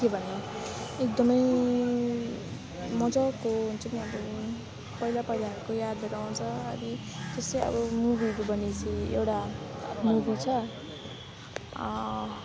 के भन्नु एकदमै मजाको हुन्छ नि अब पहिला पहिलाको यादहरू आउँछ अनि त्यस्तो अब मुवीहरू भनेपछि एउटा मनपर्छ